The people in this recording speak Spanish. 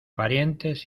parientes